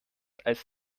als